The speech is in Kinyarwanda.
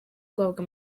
guhabwa